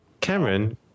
Cameron